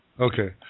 Okay